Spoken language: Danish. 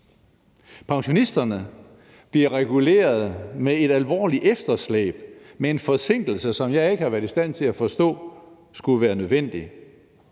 Pensionisterne bliver reguleret med et alvorligt efterslæb med en forsinkelse, som jeg ikke har været i stand til at forstå skulle være nødvendig.